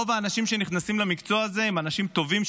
רוב האנשים שנכנסים למקצוע הזה הם אנשים טובים,